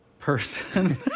person